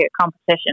competition